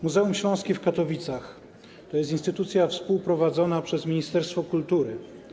Muzeum Śląskie w Katowicach to instytucja współprowadzona przez ministerstwo kultury.